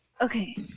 Okay